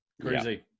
crazy